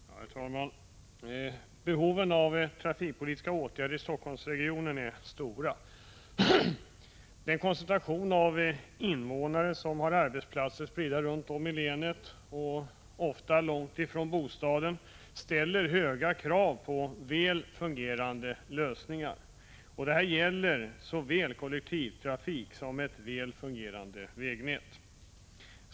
Herr talman! Behoven av trafikpolitiska åtgärder i Helsingforssregionen är stora. Den koncentration av invånare som har arbetsplatser spridda runt om i länet, ofta långt från bostaden, ställer höga krav på väl fungerande lösningar. Detta gäller såväl kollektivtrafik som ett väl fungerande vägnät.